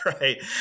right